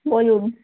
বলুন